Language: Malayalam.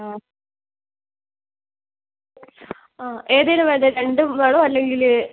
ആ ആ ഏതേനു വേണ്ടേ രണ്ടും വേണോ അല്ലെങ്കില്